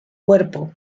cuerpo